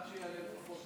כבוד היושב-ראש,